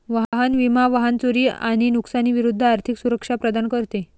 वाहन विमा वाहन चोरी आणि नुकसानी विरूद्ध आर्थिक सुरक्षा प्रदान करते